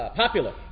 popular